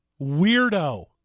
Weirdo